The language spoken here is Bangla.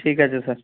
ঠিক আছে স্যার